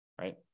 right